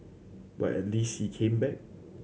but at least he came back